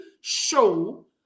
show